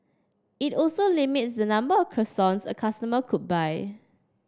it also limits the number of croissants a customer could buy